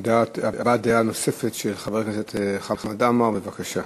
הבעת דעה נוספת של חבר הכנסת חמד עמאר, בבקשה.